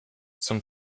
zum